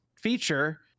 feature